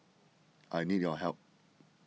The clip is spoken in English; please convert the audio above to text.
I need your help